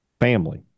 Family